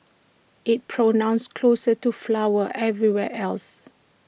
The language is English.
it's pronounced closer to flower everywhere else